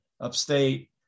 upstate